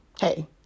hey